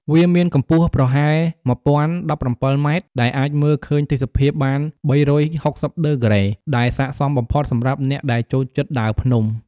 វាមានកំពស់ប្រហែល១០១៧ម៉ែត្រ ដែលអាចមើលឃើញទេសភាពបាន ៣៦០ដឺក្រេ ដែលសាកសមបំផុតសម្រាប់អ្នកដែលចូលចិត្តដើរភ្នំ។